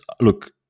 look